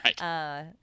Right